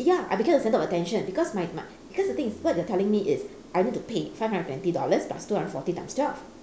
ya I become the centre of attention because my my because the thing what you are telling me is I need to pay five hundred and twenty dollars plus two hundred forty times twelve